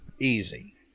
easy